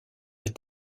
est